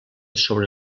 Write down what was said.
sobre